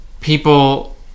people